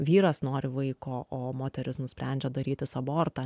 vyras nori vaiko o moteris nusprendžia darytis abortą